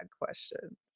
questions